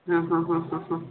हां हां हां हां हां